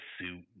suit